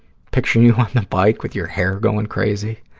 picturing you on the bike with your hair going crazy.